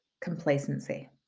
complacency